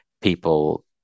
people